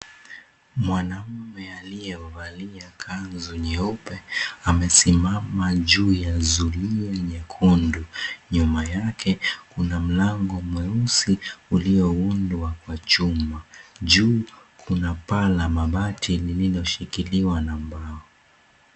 Mwanaume aliyevalia kanzu nyeupe amesimama juu ya zulia nyekundu. Nyuma yake, kuna mlango mweusi ulioundwa kwa chuma, juu kuna paa la mabati lililoshikiliwa na mbao.